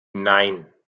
nein